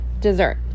dessert